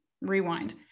Rewind